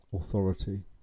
authority